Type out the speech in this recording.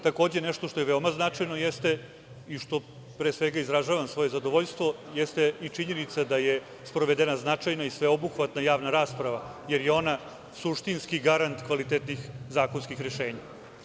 Takođe nešto što je veoma značajno jeste, i što pre svega izražavam svoje zadovoljstvo, i činjenica da je sprovedena značajna i sveobuhvatna javna rasprava jer je ona suštinski garant kvalitetnih zakonskih rešenja.